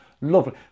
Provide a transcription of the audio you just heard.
lovely